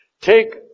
Take